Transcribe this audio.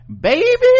baby